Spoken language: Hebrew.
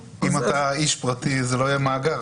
אם אתה איש פרטי זה לא יהיה מאגר,